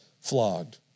flogged